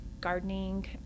gardening